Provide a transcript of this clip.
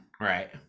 right